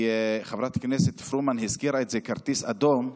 חברת הכנסת פרומן הזכירה שזה כרטיס אדום,